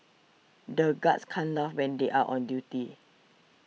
the guards can't laugh when they are on duty